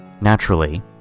naturally